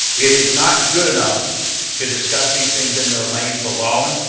it is not good enough to discuss these things in their lanes alone,